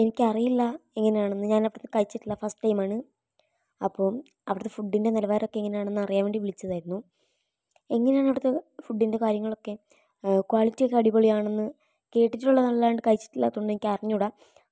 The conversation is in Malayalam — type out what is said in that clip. എനിക്കറിയില്ല എങ്ങനെയാണെന്ന് ഞാൻ അവിടെനിന്ന് കഴിച്ചട്ടില്ല ഫസ്റ്റ് ടൈമാണ് അപ്പം അവിടുത്തെ ഫുഡിൻ്റെ നിലവാരമൊക്കെ എങ്ങനെയാണെന്നറിയൻ വേണ്ടി വിളിച്ചതായിരുന്നു എങ്ങനെയാണ് അവിടുത്തെ ഫുഡിൻ്റെ കാര്യങ്ങളൊക്കെ ക്വാളിറ്റിയൊക്കെ അടിപൊളിയാണെന്ന് കേട്ടിട്ടുള്ളതല്ലാണ്ട് കയിച്ചിട്ടില്ലാത്തതുകൊണ്ട് എനിക്കറഞ്ഞുകൂട